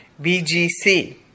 BGC